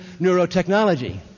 neurotechnology